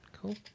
Cool